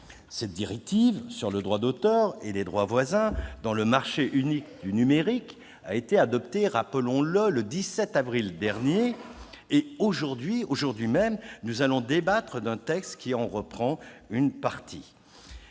Cette directive sur le droit d'auteur et les droits voisins dans le marché unique numérique a été adoptée, rappelons-le, le 17 avril dernier et cet après-midi nous allons débattre d'un texte qui en reprend une partie.